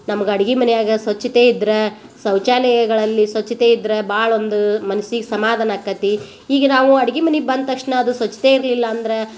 ನಮ್ಗೆ ಅಡ್ಗಿ ಮನಿಯಾಗೆ ಸ್ವಚ್ಛತೆ ಇದ್ರೆ ಶೌಚಾಲಯಗಳಲ್ಲಿ ಸ್ವಚ್ಛತೆ ಇದ್ರೆ ಬಾಳೊಂದು ಮನ್ಸಿಗೆ ಸಮಾಧಾನ ಅಕ್ಕತಿ ಈಗ ನಾವು ಅಡ್ಗಿ ಮನೆಗೆ ಬಂದ ತಕ್ಷಣ ಅದು ಸ್ವಚ್ಛತೆ ಇರಲಿಲ್ಲ ಅಂದ್ರೆ